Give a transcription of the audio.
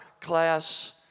class